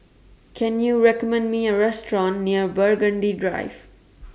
Can YOU recommend Me A Restaurant near Burgundy Drive